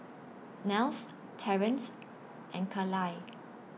Nels Terrence and Kaleigh